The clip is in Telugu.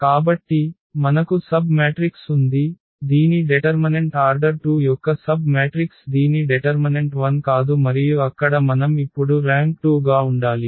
కాబట్టి మనకు సబ్ మ్యాట్రిక్స్ ఉంది దీని డెటర్మనెంట్ ఆర్డర్ 2 యొక్క సబ్ మ్యాట్రిక్స్ దీని డెటర్మనెంట్ 0 కాదు మరియు అక్కడ మనం ఇప్పుడు ర్యాంక్ 2 గా ఉండాలి